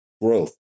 growth